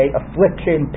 affliction